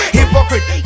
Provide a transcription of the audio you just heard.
hypocrite